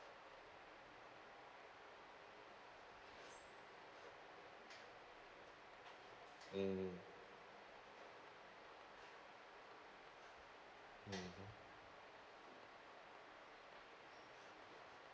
mm mmhmm